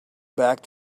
back